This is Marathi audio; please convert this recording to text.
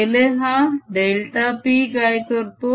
पहिले हा डेल्टा p काय करतो